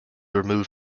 removed